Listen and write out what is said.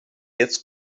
jetzt